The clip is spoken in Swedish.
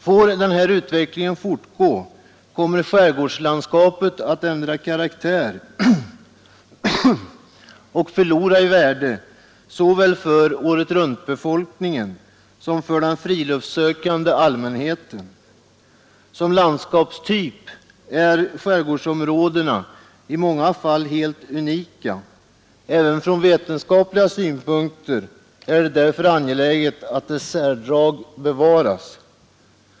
Får den här utvecklingen fortgå kommer skärgårdslandskapet att ändra karaktär och förlora i värde såväl för åretruntbefolkningen som för den friluftssökande allmänheten. Som landskapstyp är skärgårdsområdena i många fall helt unika. Även från vetenskapliga synpunkter är det därför angeläget att deras särdrag bevaras.